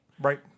Right